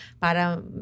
para